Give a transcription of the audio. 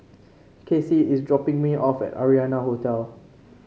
Kasie is dropping me off at Arianna Hotel